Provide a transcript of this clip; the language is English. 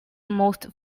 most